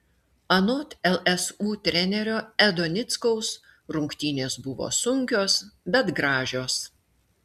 anot lsu trenerio edo nickaus rungtynės buvo sunkios bet gražios